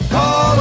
Call